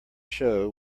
show